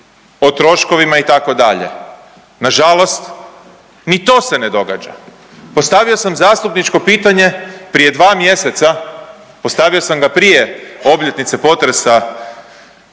o troškovima itd., nažalost ni to se ne događa. Postavio sam zastupničko pitanje prije dva mjeseca, postavio sam ga prije obljetnice potresa